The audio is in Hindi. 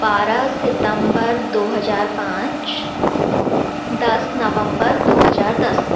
बारह सितम्बर दो हज़ार पाँच दस नवम्बर दो हज़ार दस